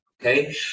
okay